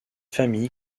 famille